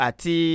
Ati